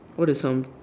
what is some